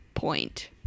point